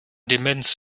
demenz